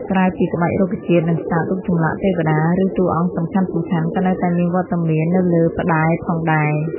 ក្រៅពីក្បាច់រុក្ខជាតិ និងសត្វ រូបចម្លាក់ ទេវតា ឬតួអង្គសំខាន់ៗ ក៏នៅតែមានវត្តមាននៅលើផ្តែរផងដែរ។